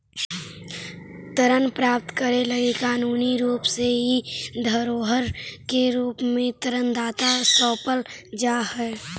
ऋण प्राप्त करे लगी कानूनी रूप से इ धरोहर के रूप में ऋण दाता के सौंपल जा हई